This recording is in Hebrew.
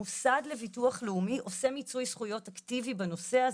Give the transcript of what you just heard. המוסד לביטוח לאומי עושה מיצוי זכויות אקטיבי בנושא הזה.